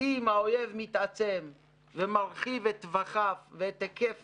אם האויב מתעצם ומרחיב את טווחיו ואת היקף